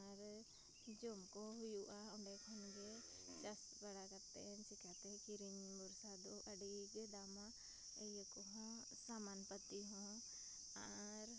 ᱟᱨ ᱡᱚᱢ ᱠᱚ ᱦᱩᱭᱩᱜᱼᱟ ᱚᱸᱰᱮ ᱠᱷᱚᱱ ᱜᱮ ᱪᱟᱥ ᱵᱟᱲᱟ ᱠᱟᱛᱮᱫ ᱪᱤᱠᱟᱹᱛᱮ ᱠᱤᱨᱤᱧ ᱵᱷᱚᱨᱥᱟ ᱫᱚ ᱟᱹᱰᱤᱜᱮ ᱫᱟᱢᱟ ᱤᱭᱟᱹ ᱠᱚᱦᱚᱸ ᱥᱟᱢᱟᱱ ᱯᱟᱹᱛᱤ ᱦᱚᱸ